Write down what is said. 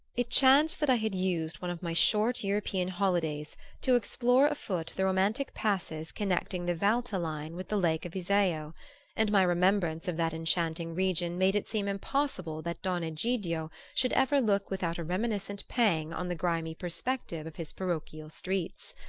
it chanced that i had used one of my short european holidays to explore afoot the romantic passes connecting the valtelline with the lake of iseo and my remembrance of that enchanting region made it seem impossible that don egidio should ever look without a reminiscent pang on the grimy perspective of his parochial streets.